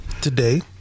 today